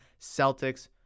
Celtics